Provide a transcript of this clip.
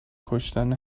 کشتن